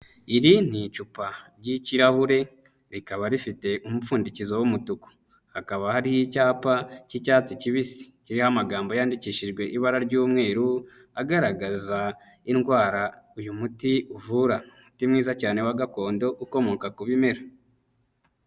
Iri ni icupa ry'ikirahure, rikaba rifite umupfundikizo w'umutuku, hakaba hariho icyapa cy'icyatsi cyibisi kiriho amagambo yandikishijwe ibara ry'umweru agaragaza indwara uyu muti uvura. Umuti mwiza cyane wa gakondo ukomoka ku bimera.